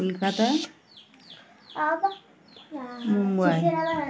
Kolkata Mumbai